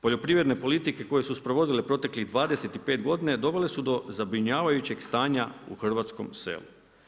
Poljoprivredne politike koje su sprovodile proteklih 25 godina dovele su do zabrinjavajućeg stanja u hrvatskom selu.